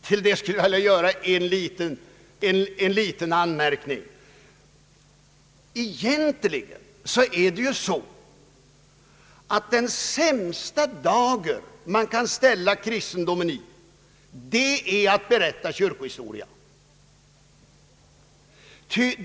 Till det skulle jag vilja göra en liten anmärkning. Den sämsta dager man kan ställa kristendomen i är egentligen att berätta kyrkohistoria.